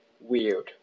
weird